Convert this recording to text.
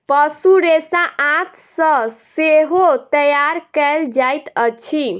पशु रेशा आंत सॅ सेहो तैयार कयल जाइत अछि